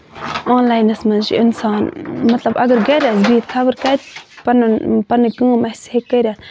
آنلاینَس منٛز چھُ اِنسان مطلب اَگر گرِ آسہِ بِہَتھ خبر کَتہِ پَنُن پَنٕنۍ کٲم اَسہِ ہٮ۪کہِ کٔرِتھ